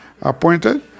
appointed